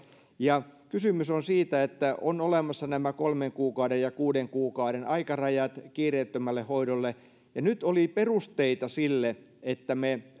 kysymys on siitä että on olemassa nämä kolmen kuukauden ja kuuden kuukauden aikarajat kiireettömälle hoidolle nyt oli perusteita sille että me